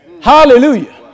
Hallelujah